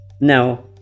Now